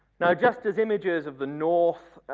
now just as images of the north,